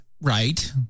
Right